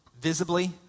visibly